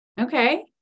Okay